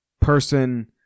person